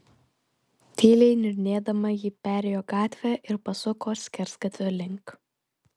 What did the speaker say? tyliai niurnėdama ji perėjo gatvę ir pasuko skersgatvio link